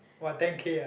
!wah! ten-K ah